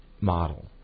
model